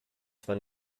zwar